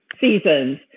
seasons